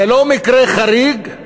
זה לא מקרה חריג,